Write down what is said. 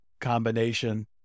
combination